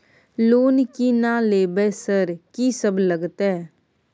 Loan की ना लेबय सर कि सब लगतै?